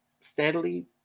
steadily